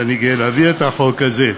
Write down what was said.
ואני גאה להביא את החוק הזה לאישור.